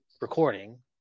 recording